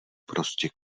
prostě